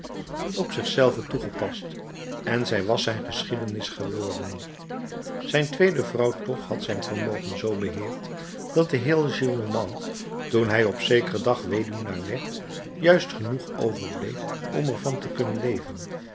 op zich zelven toegepast en zij was zijn geschiedenis geworden zijn tweede vrouw toch had zijn vermogen z beheerd dat den heer gillenormand toen hij op zekeren dag weduwnaar werd juist genoeg overbleef om ervan te kunnen leven